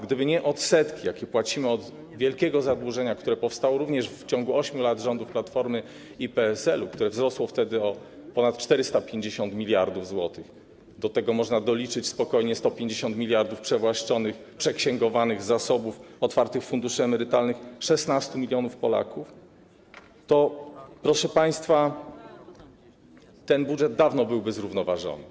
Gdyby nie odsetki, jakie płacimy od wielkiego zadłużenia, które powstało również w ciągu 8 lat rządów Platformy i PSL-u, które wzrosło wtedy o ponad 450 mld zł - do tego można spokojnie doliczyć 150 mld przewłaszczonych, przeksięgowanych z zasobów otwartych funduszy emerytalnych 16 mln Polaków - to ten budżet dawno byłby zrównoważony.